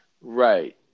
Right